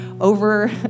over